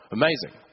amazing